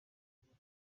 kugeza